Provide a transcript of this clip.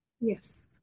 yes